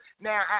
Now